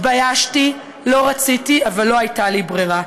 התביישתי, לא רציתי, אבל לא הייתה לי ברירה.